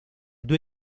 due